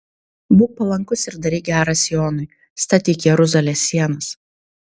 būk palankus ir daryk gera sionui statyk jeruzalės sienas